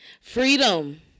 Freedom